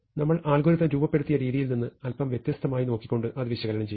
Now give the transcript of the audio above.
നമ്മൾ അൽഗോരിതം രൂപപ്പെടുത്തിയ രീതിയിൽ നിന്ന് അല്പം വ്യത്യസ്തമായി നോക്കിക്കൊണ്ട് അത് വിശകലനം ചെയ്യും